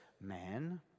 man